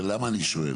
ולמה אני שואל?